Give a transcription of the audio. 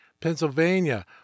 Pennsylvania